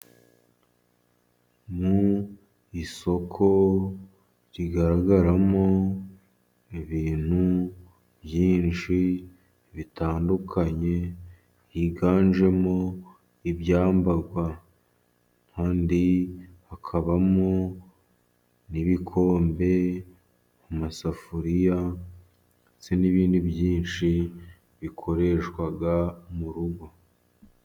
Mu isoko rigaragaramo ibintu byinshi bitandukanye, higanjemo ibyambarwa. Kandi hakabamo n'ibikombe, amasafuriya, ndetse n'ibindi byinshi, bikoreshwa mu rugo.